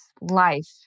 life